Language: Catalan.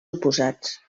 oposats